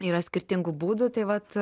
yra skirtingų būdų tai vat